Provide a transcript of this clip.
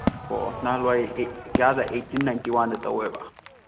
ꯑꯣ ꯑꯣ ꯅꯍꯥꯜꯋꯥꯏ ꯀꯌꯥꯗ ꯑꯩꯠꯇꯤꯟ ꯅꯥꯏꯟꯇꯤ ꯋꯥꯟꯗ ꯇꯧꯋꯦꯕ